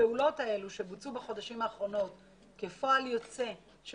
הפעולות האלה שבוצעו בחודשים האחרונים כפועל יוצא של